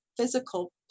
physical